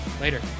Later